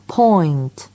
point